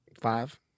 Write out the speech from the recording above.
Five